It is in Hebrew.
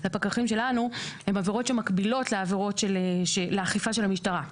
הן עבירות שמקבילות לאכיפה של המשטרה.